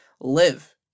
live